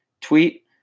tweet